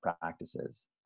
practices